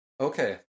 Okay